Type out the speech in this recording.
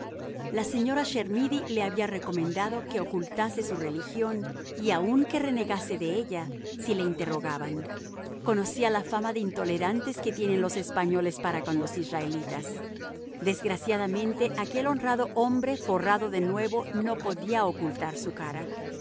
la señora chermidy le había recomendado que ocultase su religión y aun que renegase de ella si le interrogaban conocía la fama de intolerantes que tienen los españoles para con los israelitas desgraciadamente aquel honrado hombre forrado de nuevo no podía ocultar su cara